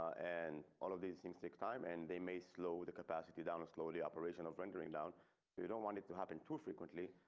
an all of these things take time and they may slow the capacity down slowly operation of rendering down so but we don't want it to happen too frequently.